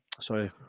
sorry